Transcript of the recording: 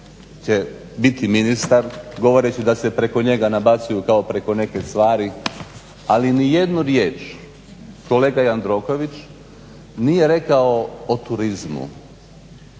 će biti ministar govoreći da se preko njega nabacuju kao preko neke stvari. Ali nijednu riječ, kolega Jandroković, nije rekao o turizmu.